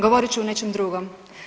Govorit ću o nečem drugom.